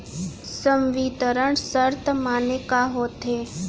संवितरण शर्त माने का होथे?